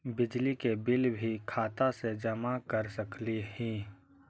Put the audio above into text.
बिजली के बिल भी खाता से जमा कर सकली ही?